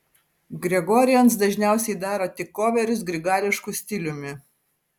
gregorians dažniausiai daro tik koverius grigališku stiliumi